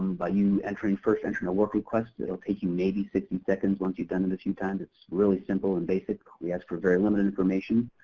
by you entering first entry work request. it will take you maybe fifty seconds once you've done it and a few times. it's really simple and basic. we ask for very limited information.